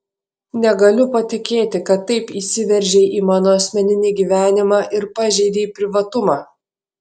negaliu patikėti kad taip įsiveržei į mano asmeninį gyvenimą ir pažeidei privatumą